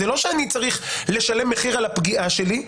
זה לא שאני צריך לשלם מחיר על הפגיעה שלי.